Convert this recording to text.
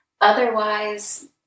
Otherwise